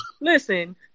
listen